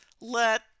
Let